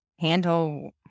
handle